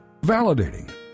validating